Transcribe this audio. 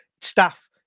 staff